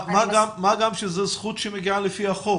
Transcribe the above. מה גם שזו זכות שמגיעה לפי החוק,